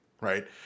right